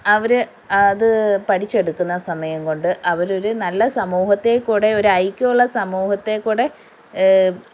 അവർ അത് പഠിച്ചെടുക്കുന്ന സമയം കൊണ്ട് അവരൊരു നല്ല സമൂഹത്തെക്കൂടി ഒരു ഐക്യം ഉള്ള സമൂഹത്തെക്കൂടി